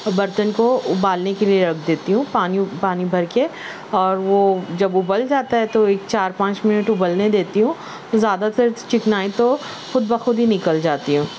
برتن کو ابالنے کے لئے رکھ دیتی ہوں پانی پانی بھر کے اور وہ جب ابل جاتا ہے تو چار پانچ منٹ ابلنے دیتی ہوں پھر زیادہ تر چکنائی تو خود بخود ہی نکل جاتی ہے